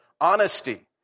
honesty